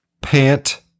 pant